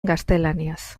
gaztelaniaz